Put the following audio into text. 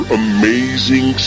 amazing